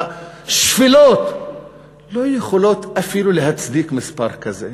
השפלות לא יכולות אפילו להצדיק מספר כזה.